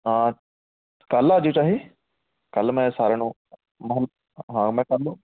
ਹਾਂ ਕੱਲ੍ਹ ਆ ਜਾਇਓ ਚਾਹੇ ਕੱਲ੍ਹ ਮੈਂ ਸਾਰਿਆਂ ਨੂੰ ਹਾਂ ਮੈਂ ਕੱਲ੍ਹ